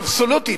אבסולוטית,